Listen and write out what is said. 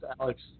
Alex